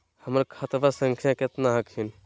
हमर खतवा संख्या केतना हखिन?